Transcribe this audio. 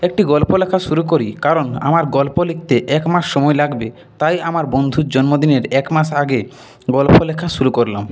একটি গল্প লেখা শুরু করি কারণ আমার গল্প লিখতে এক মাস সময়ে লাগবে তাই আমার বন্ধুর জন্মদিনের এক মাস আগে গল্প লেখা শুরু করলাম